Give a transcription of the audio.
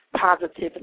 Positively